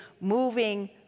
moving